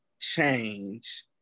change